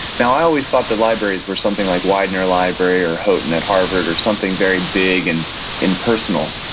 now, i always thought the libraries were something like widener library or houghton at harvard, or something very big and impersonal.